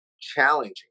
challenging